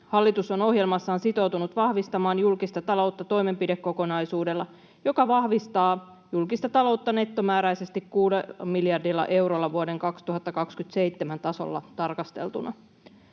Hallitus on ohjelmassaan sitoutunut vahvistamaan julkista taloutta toimenpidekokonaisuudella, joka vahvistaa julkista taloutta nettomääräisesti kuudella miljardilla eurolla vuoden 2027 tasolla tarkasteltuna.